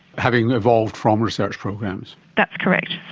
having evolved from research programs. that's correct.